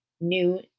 new